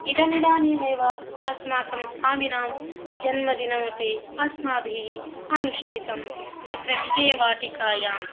इदमिदानीमेव अस्माकं स्वामिनां जन्मदिनमपि अस्माभिः अनुष्ठितं तत्र विजयवाटिकायां